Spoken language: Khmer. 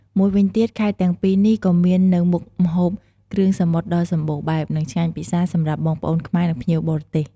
មួយវិញទៀត ខេត្តទាំងពីរនេះក៏មាននៅមុខម្ហូបគ្រឿងសមុទ្រដ៏សម្បូរបែប និងឆ្ងាញ់ពិសារសម្រាប់បងប្អូនខ្មែរ និងភ្ញៀវបរទេស។